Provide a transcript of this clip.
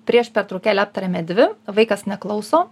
prieš pertraukėlę aptarėme dvi vaikas neklauso